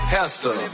Hester